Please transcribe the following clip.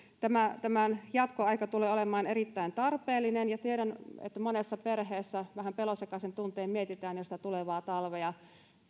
tämän jatkoaika tulee olemaan erittäin tarpeellinen tiedän että monessa perheessä vähän pelonsekaisin tuntein mietitään jo sitä tulevaa talvea